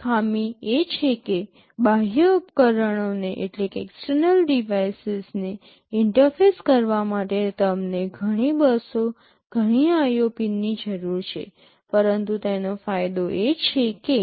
ખામી એ છે કે બાહ્ય ઉપકરણોને ઇન્ટરફેસ કરવા માટે તમને ઘણી બસો ઘણી IO પિનની જરૂર છે પરંતુ તેનો ફાયદો એ છે કે